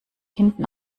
hinten